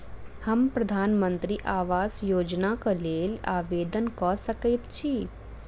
हम प्रधानमंत्री आवास योजना केँ लेल आवेदन कऽ सकैत छी?